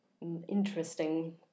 interesting